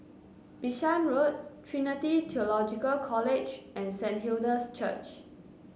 Bishan Road Trinity Theological College and Saint Hilda's Church